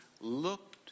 looked